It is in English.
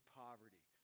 poverty